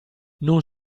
non